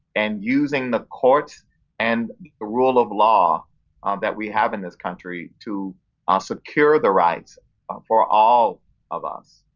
and using the courts and the rule of law that we have in this country to ah secure the rights for all of us,